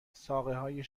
ساقههای